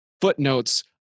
footnotes